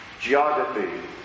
geography